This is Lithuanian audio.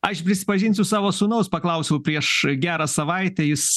aš prisipažinsiu savo sūnaus paklausiau prieš gerą savaitę jis